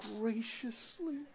graciously